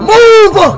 Move